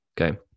Okay